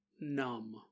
numb